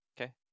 Okay